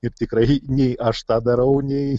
ir tikrai nei aš tą darau nei